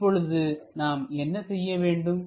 இப்பொழுது நாம் என்ன செய்ய வேண்டும்